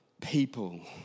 people